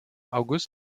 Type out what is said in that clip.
august